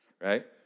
right